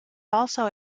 also